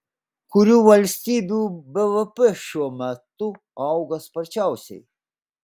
kurių valstybių bvp šiuo metu auga sparčiausiai